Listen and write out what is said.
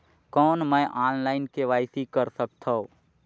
कौन मैं online KYC कर सकथव?